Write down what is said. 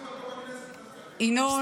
אנחנו מינינו אותה פה בכנסת.